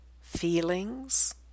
feelings